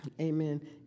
amen